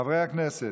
חברי הכנסת,